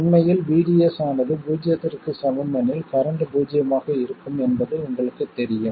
உண்மையில் VDS ஆனது பூஜ்ஜியத்திற்குச் சமம் எனில் கரண்ட் பூஜ்ஜியமாக இருக்கும் என்பது உங்களுக்குத் தெரியும்